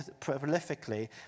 prolifically